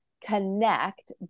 connect